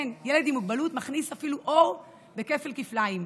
כן, ילד עם מוגבלות מכניס אור אפילו בכפל-כפליים.